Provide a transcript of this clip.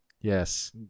Yes